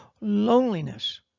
Loneliness